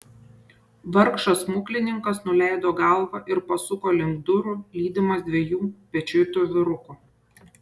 vargšas smuklininkas nuleido galvą ir pasuko link durų lydimas dviejų pečiuitų vyrukų